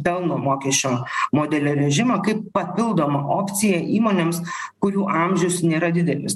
pelno mokesčio modelio režimą kaip papildomą opcija įmonėms kurių amžius nėra didelis